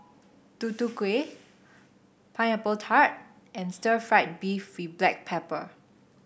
Tutu Kueh Pineapple Tart and Stir Fried Beef with Black Pepper